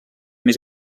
més